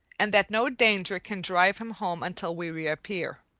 and that no danger can drive him home until we reappear.